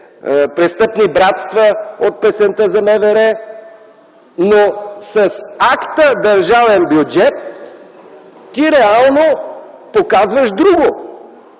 престъпни братства от песента за МВР. Но с акта Държавен бюджет ти реално показваш друго!